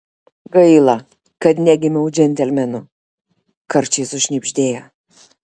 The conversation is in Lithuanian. gaila kad negimiau džentelmenu karčiai sušnibždėjo